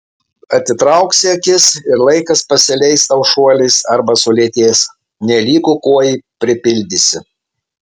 atitrauksi akis ir laikas pasileis tau šuoliais arba sulėtės nelygu kuo jį pripildysi